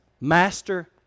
Master